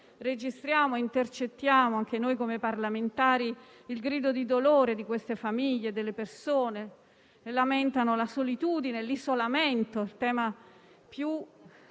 Registriamo e intercettiamo anche noi come parlamentari il grido di dolore di quelle famiglie, delle persone che lamentano la solitudine, l'isolamento - il tema più